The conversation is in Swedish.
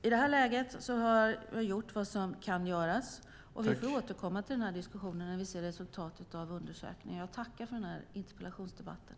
I det här läget har vi gjort vad som kan göras. Vi får återkomma till denna diskussion när vi ser resultatet av underökningen.